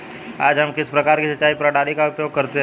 आज हम किस प्रकार की सिंचाई प्रणाली का उपयोग करते हैं?